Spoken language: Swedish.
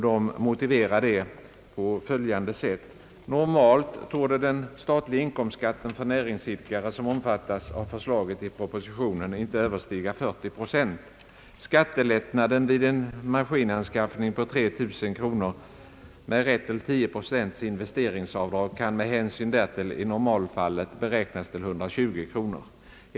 De motiverar detta på följande sätt: »Normalt torde den statliga inkomstskatten för de näringsidkare, som omfattas av förslaget i propositionen, inte överstiga 40 9. Skattelättnaden vid en maskinanskaffning på 3 000 kronor med rätt till 10 2 investeringsavdrag kan med hänsyn därtill i normalfall beräknas till 120 kronör.